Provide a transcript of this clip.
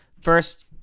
First